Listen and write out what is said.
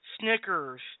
Snickers